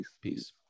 Peace